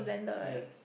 yes